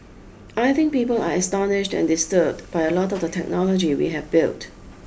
I think people are astonished and disturbed by a lot of the technology we have built